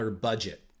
budget